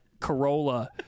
Corolla